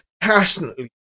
passionately